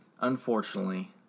unfortunately